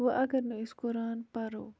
وَ اگر نہٕ أسۍ قُران پَرو